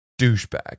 douchebag